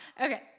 Okay